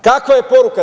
Kakva je poruka?